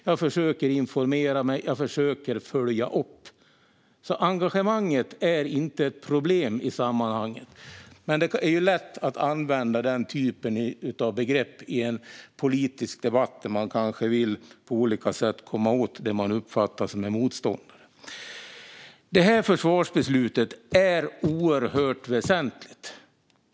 Jag försöker informera mig och följa upp. Engagemanget är inte ett problem i sammanhanget. Men det är lätt att använda den typen av påståenden i en politisk debatt där man vill komma åt den man uppfattar som motståndare. Det här försvarsbeslutet är oerhört väsentligt.